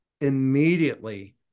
immediately